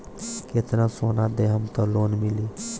कितना सोना देहम त लोन मिली?